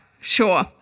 Sure